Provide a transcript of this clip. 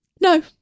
no